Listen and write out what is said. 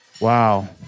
Wow